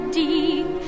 deep